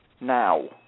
now